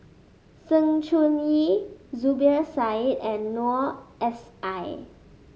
Sng Choon Yee Zubir Said and Noor S I